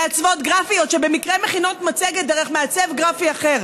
מעצבות גרפיות שבמקרה מכינות מצגת דרך מעצב גרפי אחר.